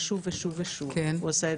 מה שעשה בית הדין לעבודה שוב ושוב ושוב